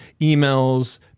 emails